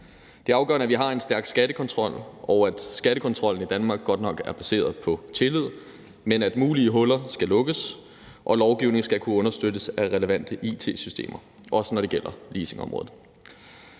Det er afgørende, at vi har en stærk skattekontrol. Skattekontrollen i Danmark er godt nok baseret på tillid, men mulige huller skal lukkes, og lovgivningen skal kunne understøttes af relevante it-systemer, også når det gælder leasingområdet.